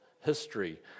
history